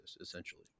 essentially